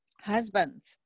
husbands